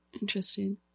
Interesting